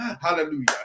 Hallelujah